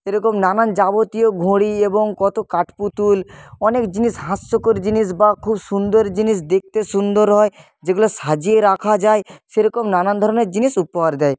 এরকম নানান যাবতীয় ঘড়ি এবং কতো কাঠ পুতুল অনেক জিনিস হাস্যকর জিনিস বা খুব সুন্দর জিনিস দেখতে সুন্দর হয় যেগুলো সাজিয়ে রাখা যায় সেরকম নানান ধরনের জিনিস উপহার দেয়